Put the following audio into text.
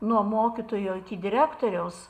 nuo mokytojo iki direktoriaus